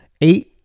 Eight